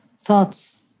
thoughts